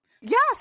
Yes